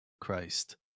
Christ